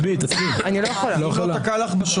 מי נמנע?